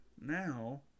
now